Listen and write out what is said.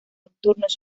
nocturnos